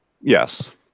Yes